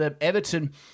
Everton